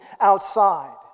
outside